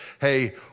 Hey